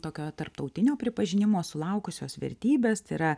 tokio tarptautinio pripažinimo sulaukusios vertybės tai yra